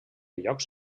llocs